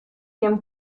quien